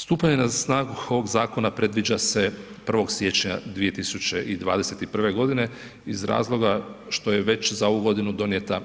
Stupanje na snagu ovog zakona predviđa se 1. siječnja 2021.g. iz razloga što je već za ovu godinu donijeta